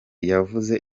yavuze